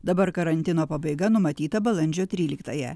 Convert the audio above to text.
dabar karantino pabaiga numatyta balandžio tryliktąją